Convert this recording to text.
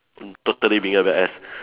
totally bigger bad ass